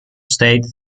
state